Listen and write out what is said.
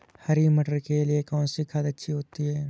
हरी मटर के लिए कौन सी खाद अच्छी होती है?